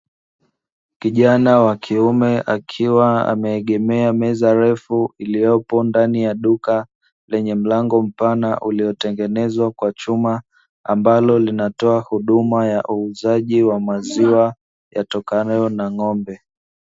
Kijana wa kiume akiwa ameegemea meza refu, iliyopo ndani ya duka lenye mlango mpana uliotengenezwa kwa chuma, ambalo linatoa huduma ya uuzaji wa maziwa yatokanayo na ng'ombe.